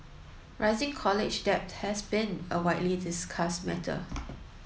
rising college debt has been a widely discussed matter